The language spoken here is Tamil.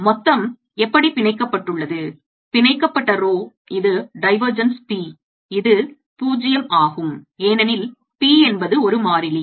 மொத்தம் எப்படி பிணைக்கப்பட்டுள்ளது பிணைக்கப்பட்ட ரோ இது divergence p இது 0 ஆகும் ஏனெனில் p என்பது ஒரு மாறிலி